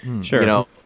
Sure